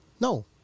No